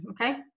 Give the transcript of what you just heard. okay